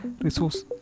resource